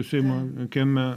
seimo kieme